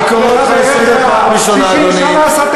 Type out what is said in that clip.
אני קורא אותך לסדר פעם ראשונה, אדוני.